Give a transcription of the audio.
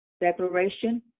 Declaration